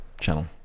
channel